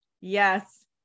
Yes